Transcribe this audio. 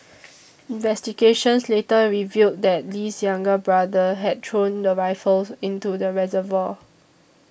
investigations later revealed that Lee's younger brother had thrown the rifles into the reservoir